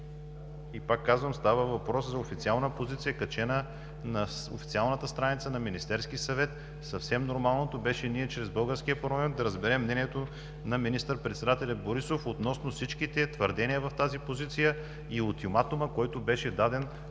Пак казвам, става въпрос за официална позиция, качена на официалната страница на Министерския съвет. Съвсем нормалното беше ние чрез българския парламент да разберем мнението на министър-председателя Борисов относно всички твърдения в тази позиция и ултиматума, който беше даден